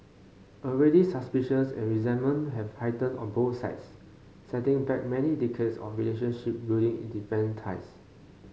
already suspicions and resentments have heightened on both sides setting back many decades of relationship building in defence ties